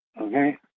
Okay